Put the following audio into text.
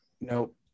Nope